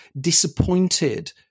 disappointed